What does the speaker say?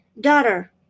Daughter